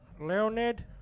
Leonid